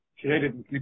created